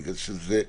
אלא בגלל שזה הגיוני.